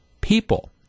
people